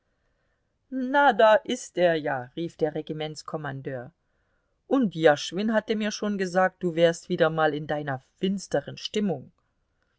na da ist er ja rief der regimentskommandeur und jaschwin hatte mir schon gesagt du wärst wieder mal in deiner finsteren stimmung